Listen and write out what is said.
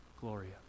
gloria